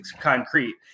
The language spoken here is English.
concrete